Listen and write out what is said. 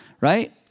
right